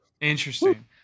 interesting